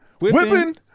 Whipping